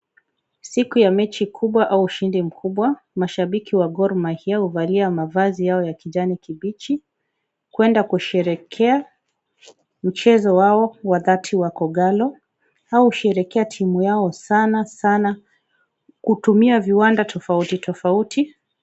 Siku ya mechi kubwa au ushindi mkubwa mashabiki wa Gor mahia huvalia mavazi yao ya kijani kibichi kwenda kusherekea mchezo wao wakati wa kogalo , hao husherekea timu yao sana sana kutumia viwanda tofauti tofauti.